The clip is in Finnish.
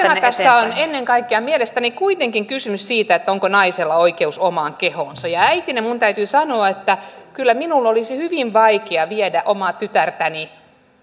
tässä on ennen kaikkea mielestäni kuitenkin kysymys siitä onko naisella oikeus omaan kehoonsa äitinä minun täytyy sanoa että kyllä minun olisi hyvin vaikea viedä omaa tytärtäni